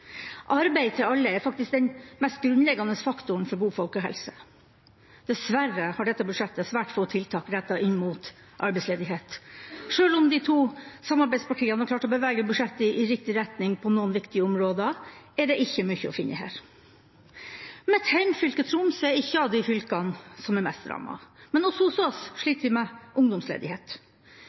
Arbeid til alle er faktisk den mest grunnleggende faktoren for god folkehelse. Dessverre har dette budsjettet svært få tiltak rettet inn mot arbeidsledighet. Selv om de to samarbeidspartiene har klart å bevege budsjettet i riktig retning på noen viktige områder, er det ikke mye å finne her. Mitt hjemfylke, Troms, er ikke av de fylkene som er mest rammet, men også hos oss sliter vi med ungdomsledighet.